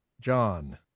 John